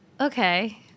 Okay